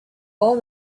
all